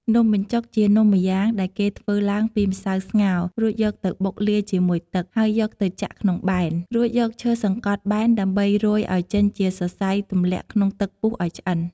នំបញ្ចុកជានំម្យ៉ាងដែលគេធ្វើឡើងពីម្សៅស្ងោររួចយកទៅបុកលាយជាមួយទឹក ហើយយកទៅចាក់ក្នុងប៉ែន រួចយកឈើសង្កត់ប៉ែនដើម្បីរោយឱ្យចេញជាសរសៃទម្លាក់ក្នុងទឹកពុះឱ្យឆ្អិន។